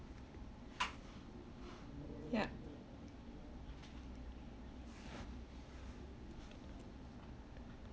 ya